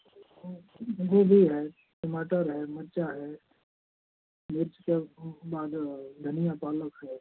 जैसे गोभी है टमाटर है मिर्च है मिर्च क्या गाजर है धनिया पालक है